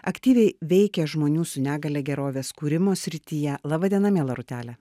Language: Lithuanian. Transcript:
aktyviai veikia žmonių su negalia gerovės kūrimo srityje laba diena miela rūtele